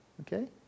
Okay